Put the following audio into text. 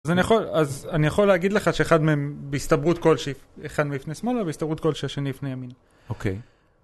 אז אני יכול, אז אני יכול להגיד לך שאחד מהם בהסתברות כלשהי, אחד יפנה שמאלה, ובהסתברות כלשהי השני יפנה ימינה. אוקיי.